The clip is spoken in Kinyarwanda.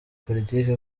politiki